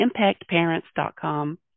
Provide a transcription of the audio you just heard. ImpactParents.com